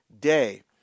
Day